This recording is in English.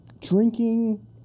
drinking